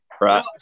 right